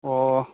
ꯑꯣ